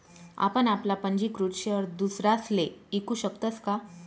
आपण आपला पंजीकृत शेयर दुसरासले ईकू शकतस का?